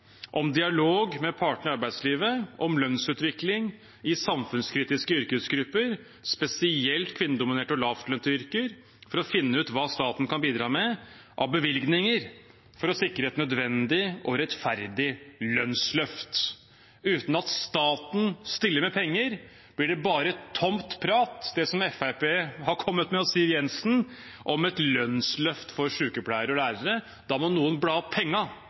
om dialog med partene i arbeidslivet om lønnsutvikling i samfunnskritiske yrkesgrupper, spesielt kvinnedominerte og lavtlønte yrker, for å finne ut hva staten kan bidra med av bevilgninger for å sikre et nødvendig og rettferdig lønnsløft. Uten at staten stiller med penger, blir det bare tomt prat det som Fremskrittspartiet og Siv Jensen har kommet med om et lønnsløft for sykepleiere og lærere. Da må noen bla